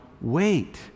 wait